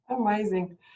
amazing